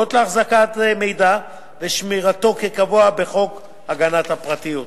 שנוגעות לאחזקת מידע ושמירתו כקבוע בחוק הגנת הפרטיות.